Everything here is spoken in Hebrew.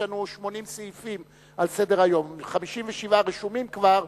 יש לנו 80 סעיפים על סדר-היום: 57 רשומים כבר,